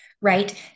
right